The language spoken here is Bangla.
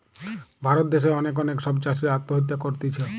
ভারত দ্যাশে অনেক অনেক সব চাষীরা আত্মহত্যা করতিছে